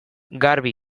garbi